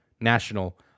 National